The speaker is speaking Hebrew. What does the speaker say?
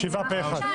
7 פה אחד.